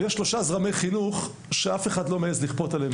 ויש שלושה זרמי חינוך שאף אחד לא מעז לכפות עליהם